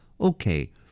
Okay